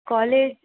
college